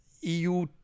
EU